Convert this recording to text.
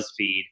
Buzzfeed